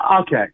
Okay